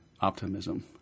Optimism